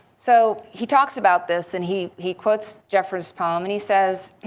so he talks about this and he he quotes jeffers' poem and he says,